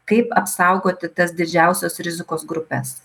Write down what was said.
kaip apsaugoti tas didžiausios rizikos grupes